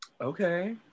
Okay